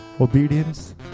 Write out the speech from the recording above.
obedience